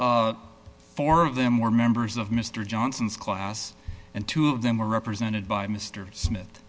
four of them were members of mr johnson's class and two of them were represented by mr smith